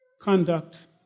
conduct